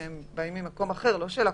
שלא קשורים לקורונה.